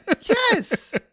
Yes